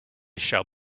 shall